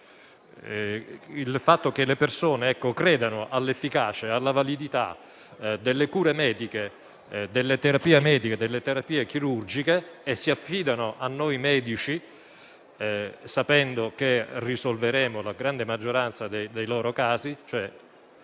constatare come le persone credano all'efficacia e alla validità delle cure mediche e delle terapie chirurgiche e si affidino a noi medici, sapendo che risolveremo la grande maggioranza dei loro casi,